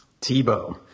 Tebow